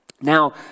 Now